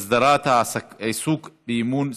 (הסדרת עיסוק באימון ספורט),